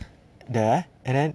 there and then